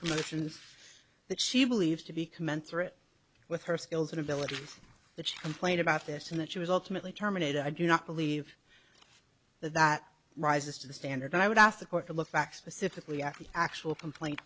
promotions that she believed to be commensurate with her skills and abilities that she complained about this and that she was ultimately terminated i do not believe that rises to the standard and i would ask the court to look back specifically at the actual complaint